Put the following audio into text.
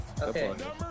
Okay